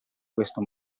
questo